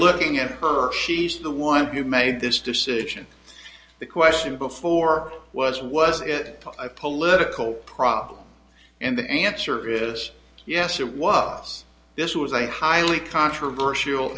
looking at her she's the one who made this decision the question before was was it a political problem and the answer is yes it was this was a highly controversial